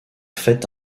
fait